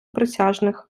присяжних